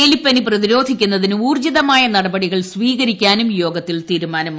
എലിപ്പനി പ്രതിരോധിക്കുന്നതിന് ഊർജിതമായ നടപടികൾ സ്വീകരിക്കാനും യോഗത്തിൽ തീരുമാനമായി